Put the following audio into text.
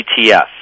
ETF